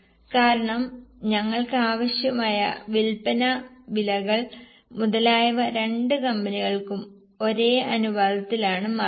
കാരണം നിങ്ങൾക്ക് ആവശ്യമുള്ള വിൽപ്പന വിലകൾ മുതലായവ രണ്ട് കമ്പനികൾക്കും ഒരേ അനുപാതത്തിലാണ് മാറുന്നത്